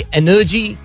energy